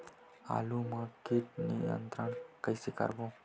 आलू मा कीट नियंत्रण कइसे करबो?